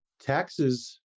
taxes